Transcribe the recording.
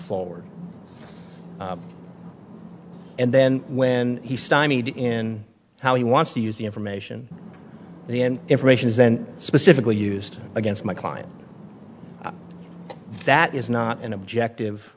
forward and then when he in how he wants to use the information the end information is then specifically used against my client that is not an objective